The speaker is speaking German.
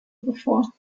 bevor